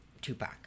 Tupac